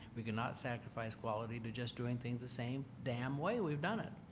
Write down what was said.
we cannot sacrifice quality to just doing things the same damn way we've done it,